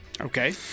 Okay